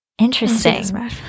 interesting